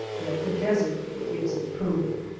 yet the desert gives it proof.